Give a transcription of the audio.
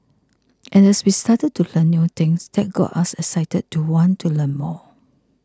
and as we started to learn new things that got us excited to want to learn more